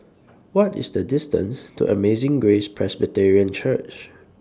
What IS The distance to Amazing Grace Presbyterian Church